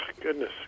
goodness